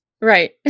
Right